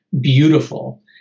beautiful